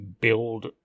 build